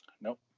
Nope